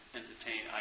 entertain